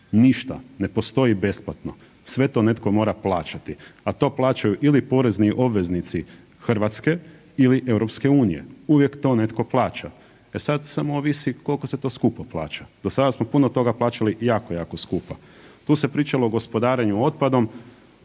ništa, ne postoji besplatno, sve to netko mora plaćati, a to plaćaju ili porezni obveznici RH ili EU, uvijek to netko plaća. E sad, samo ovisi koliko se to skupo plaća. Do sada smo puno toga plaćali jako jako skupo. Tu se pričalo o gospodarenju otpadom,